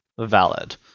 valid